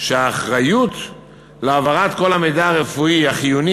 שהאחריות להעברת כל המידע הרפואי החיוני